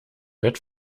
bett